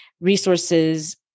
resources